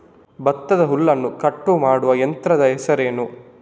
ಭತ್ತದ ಹುಲ್ಲನ್ನು ಕಟ್ಟುವ ಯಂತ್ರದ ಹೆಸರೇನು?